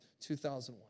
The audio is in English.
2001